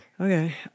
Okay